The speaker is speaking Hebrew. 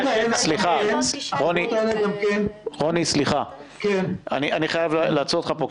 --- רוני, אני חייב לעצור אותך פה.